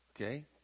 Okay